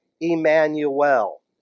Emmanuel